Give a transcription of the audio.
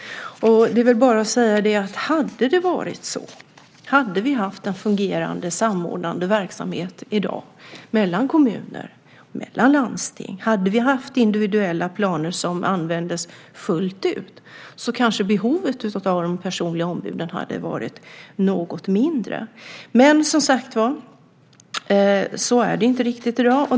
Det är väl bara att säga att hade vi haft en fungerande samordnande verksamhet i dag mellan kommunerna, mellan landsting, hade vi haft individuella planer som användes fullt ut kanske behovet av de personliga ombuden hade varit något mindre. Men så är det, som sagt var, inte riktigt i dag.